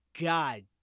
God